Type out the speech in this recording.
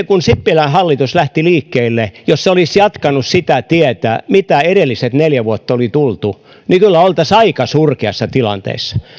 kun sitten sipilän hallitus lähti liikkeelle jos se olisi jatkanut sitä tietä mitä edelliset neljä vuotta oli tultu niin kyllä oltaisiin aika surkeassa tilanteessa